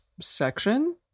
section